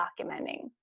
documenting